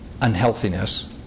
unhealthiness